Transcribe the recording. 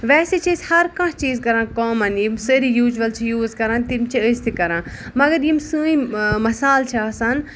ویسے چھِ أسۍ ہر کانٛہہ چیٖز کران کامَن یِم سٲری یوجول چھِ یوز کران تِم چھِ أسۍ تہِ کران مَگر یِم سٲنۍ مَسالہٕ چھِ آسان